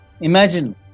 imagine